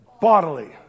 bodily